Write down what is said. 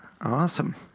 Awesome